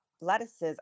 lettuces